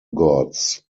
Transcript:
gods